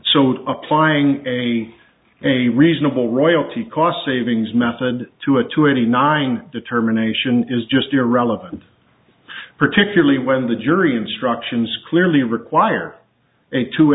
so applying a a reasonable royalty cost savings method to a two eighty nine determination is just irrelevant particularly when the jury instructions clearly require